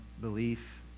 belief